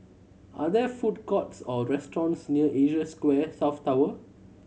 are there food courts or restaurants near Asia Square South Tower